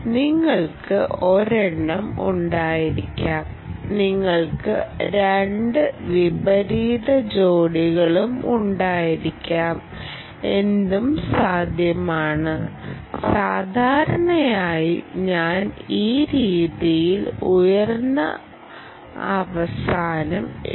നിങ്ങൾക്ക് ഒരെണ്ണം ഉണ്ടായിരിക്കാം നിങ്ങൾക്ക് രണ്ട് വിപരീത ജോഡികളും ഉണ്ടായിരിക്കാം എന്തും സാധ്യമാണ് സാധാരണയായി ഞാൻ ഈ രീതിയിൽ ഉയർന്ന അവസാനം ഇടും